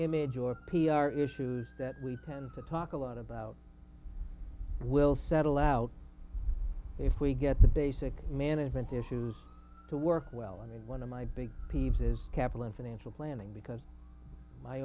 image or p r issues that we tend to talk a lot about will settle out if we get the basic management issues to work well and one of my big peeves is capital in financial planning because my